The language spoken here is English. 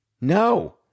No